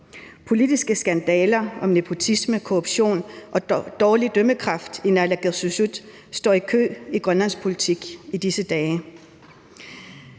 Politiske skandaler om nepotisme, korruption og dårlig dømmekraft i naalakkersuisut står i kø i grønlandsk politik i disse dage.